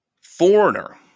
Foreigner